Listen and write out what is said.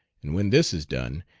and when this is done,